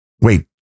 Wait